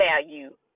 value